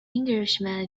englishman